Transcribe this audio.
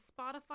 spotify